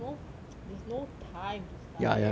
there's no time to study